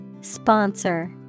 Sponsor